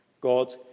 God